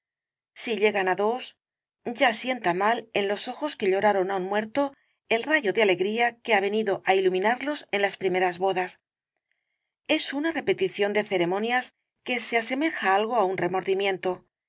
si llegan á dos ya sienta mal en los ojos que lloraron á un muerto el rayo de alegría que ha venido á iluminarlos en las primeras bodas es una repetición de ceremonias que se asemeja algo á un remordimiento